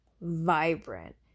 vibrant